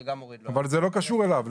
זה גם מוריד --- זה לא קשור אליו.